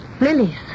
Lilies